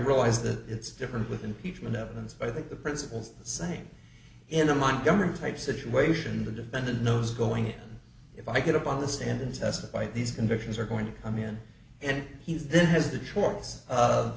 realize that it's different with impeachment evidence i think the principals saying in a montgomery type situation the defendant knows going in if i get up on the stand and testify these convictions are going to come in and he's then has the choice of